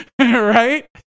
Right